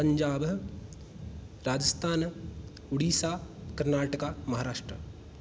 पञ्जाबः राजस्थान उडीसा कर्णाटकं महाराष्ट्रम्